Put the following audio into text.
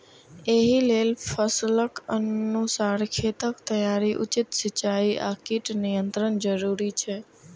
एहि लेल फसलक अनुसार खेतक तैयारी, उचित सिंचाई आ कीट नियंत्रण जरूरी छै